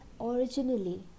originally